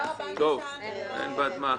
הישיבה ננעלה